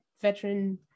veteran